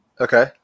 Okay